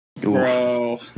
Bro